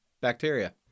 bacteria